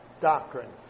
Doctrine